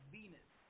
Venus